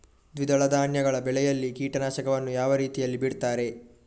ದ್ವಿದಳ ಧಾನ್ಯಗಳ ಬೆಳೆಯಲ್ಲಿ ಕೀಟನಾಶಕವನ್ನು ಯಾವ ರೀತಿಯಲ್ಲಿ ಬಿಡ್ತಾರೆ?